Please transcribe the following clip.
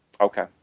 Okay